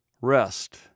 rest